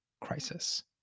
crisis